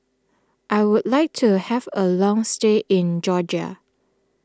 I would like to have a long stay in Georgia